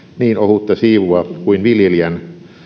niin ohutta siivua kuin viljelijän osuus